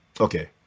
okay